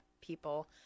people